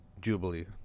Jubilee